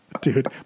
Dude